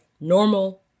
normal